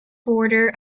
border